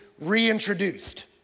reintroduced